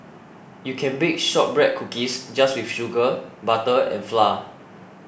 you can bake Shortbread Cookies just with sugar butter and flour